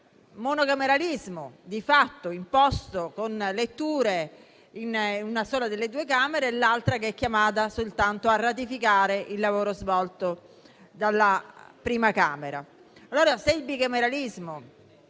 un monocameralismo di fatto, imposto con letture dei provvedimenti in una sola delle due Camere e con l'altra che è chiamata soltanto a ratificare il lavoro svolto dalla prima Camera.